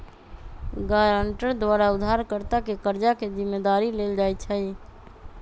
guarantor द्वारा उधारकर्ता के कर्जा के जिम्मदारी लेल जाइ छइ